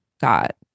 got